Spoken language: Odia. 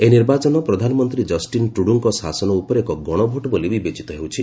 ଏହି ନିର୍ବାଚନ ପ୍ରଧାନମନ୍ତ୍ରୀ କଷ୍ଟିନ୍ ଟ୍ରଡୁଙ୍କ ଶାସନ ଉପରେ ଏକ ଗଣଭୋଟ୍ ବୋଲି ବିବେଚିତ ହେଉଛି